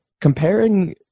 comparing